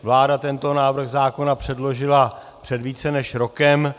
Vláda tento návrh zákona předložila před více než rokem.